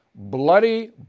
Bloody